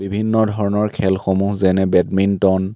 বিভিন্ন ধৰণৰ খেলসমূহ যেনে বেডমিণ্টন